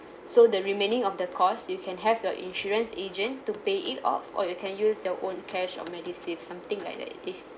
so the remaining of the cost you can have your insurance agent to pay it off or you can use your own cash or medisave something like that if